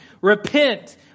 repent